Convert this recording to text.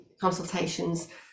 consultations